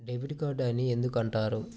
Debit card అని ఎందుకు అంటారు?